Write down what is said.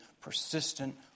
persistent